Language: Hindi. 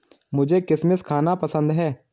मुझें किशमिश खाना पसंद है